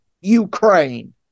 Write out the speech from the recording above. Ukraine